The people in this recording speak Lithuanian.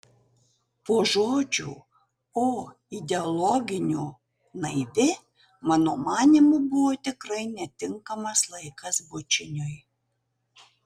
po žodžių o ideologiniu naivi mano manymu buvo tikrai netinkamas laikas bučiniui